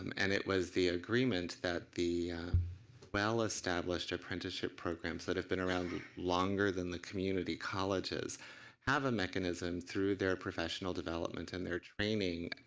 um and it was the agreement that the well established apprenticeship programs that have been around longer than the community colleges have a mechanism through their professional development and their training